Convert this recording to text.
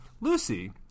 Lucy